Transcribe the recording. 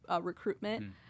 recruitment